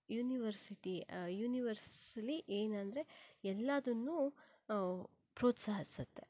university universally ಏನೆಂದರೆ ಎಲ್ಲವನ್ನೂ ಪ್ರೋತ್ಸಾಹಿಸತ್ತೆ